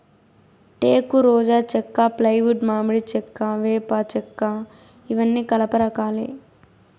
టేకు, రోజా చెక్క, ఫ్లైవుడ్, మామిడి చెక్క, వేప చెక్కఇవన్నీ కలప రకాలే